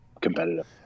competitive